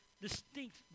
distinct